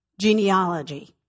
genealogy